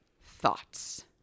thoughts